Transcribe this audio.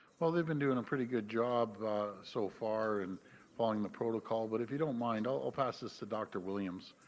well, they have been doing a pretty good job so far. in following the protocol. but if you don't mind, i will passes to dr williams.